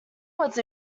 was